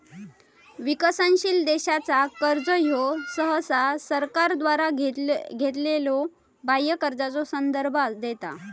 विकसनशील देशांचा कर्जा ह्यो सहसा सरकारद्वारा घेतलेल्यो बाह्य कर्जाचो संदर्भ देता